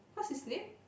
what's his name